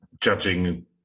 judging